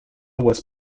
was